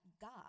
God